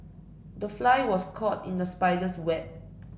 the fly was caught in the spider's web